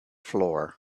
floor